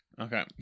Okay